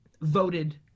voted